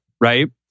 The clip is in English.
right